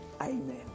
amen